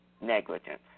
negligence